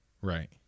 Right